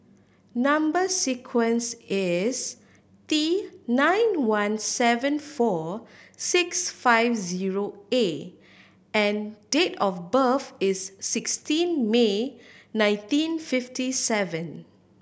number sequence is T nine one seven four six five zero A and date of birth is sixteen May nineteen fifty seven